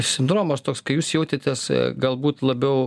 sindromas toks kai jūs jautėtės galbūt labiau